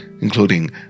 including